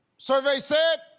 survey said.